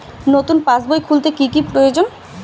নতুন পাশবই খুলতে কি কি প্রয়োজন?